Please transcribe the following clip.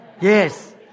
Yes